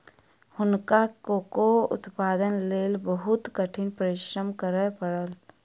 हुनका कोको उत्पादनक लेल बहुत कठिन परिश्रम करय पड़ल